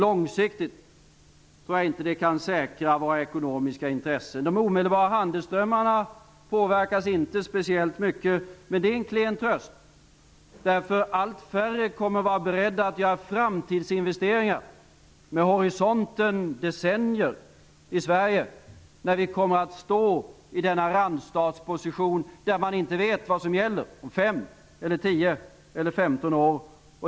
Långsiktigt tror jag inte att detta kan säkra våra ekonomiska intressen. De omedelbara handelsströmmarna påverkas inte speciellt mycket, men det är en klen tröst. Allt färre kommer att vara beredda att göra framtidsinvesteringar med horisonten decennier i Sverige när vi kommer att befinna oss i denna randstatsposition där man inte vet vad som gäller om 5, 10 eller 15 år.